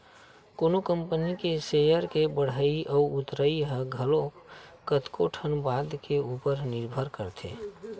कोनो कंपनी के सेयर के बड़हई अउ उतरई ह घलो कतको ठन बात के ऊपर निरभर रहिथे